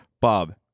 Bob